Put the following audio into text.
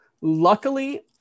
luckily